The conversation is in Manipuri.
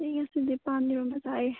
ꯑꯩ ꯉꯁꯤꯗꯤ ꯄꯥꯟ ꯏꯔꯣꯟꯕ ꯆꯥꯏꯌꯦ